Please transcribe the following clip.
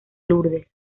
lourdes